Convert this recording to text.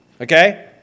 Okay